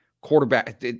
quarterback